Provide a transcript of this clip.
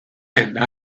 and